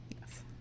Yes